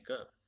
up